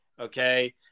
Okay